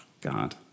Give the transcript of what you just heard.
God